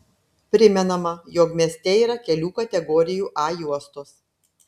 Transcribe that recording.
primenama jog mieste yra kelių kategorijų a juostos